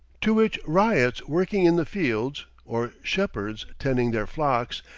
to which ryots working in the fields, or shepherds tending their flocks,